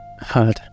hard